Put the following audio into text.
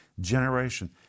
generation